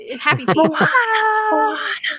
happy